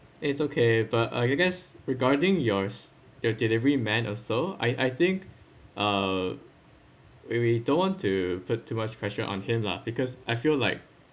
it's okay but are you guys regarding yours your delivery man also I I think uh we we don't want to put too much pressure on him lah because I feel like